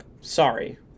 sorry